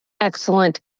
Excellent